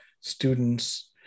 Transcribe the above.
students